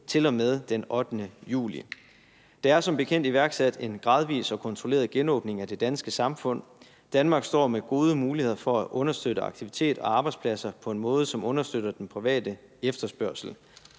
til og med den 8. juli. Der er som bekendt iværksat en gradvis og kontrolleret genåbning af det danske samfund. Danmark står med gode muligheder for at understøtte aktivitet og arbejdspladser på en måde, som understøtter den private efterspørgsel.